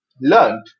learned